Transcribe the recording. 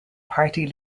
party